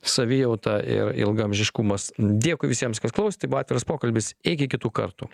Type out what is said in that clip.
savijauta ir ilgaamžiškumas dėkui visiems kas klausėt tai buvo atviras pokalbis iki kitų kartų